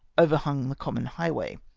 overhung the common liighway.